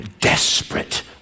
desperate